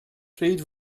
pryd